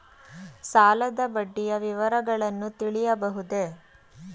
ಸಾಲದ ಬಡ್ಡಿಯ ವಿವರಗಳನ್ನು ತಿಳಿಯಬಹುದೇ?